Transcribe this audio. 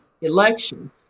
election